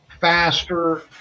faster